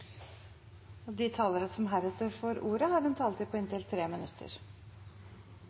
De talere som heretter får ordet, har en taletid på inntil 3 minutter.